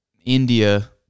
India